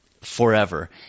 forever